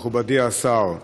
מכובדי השר,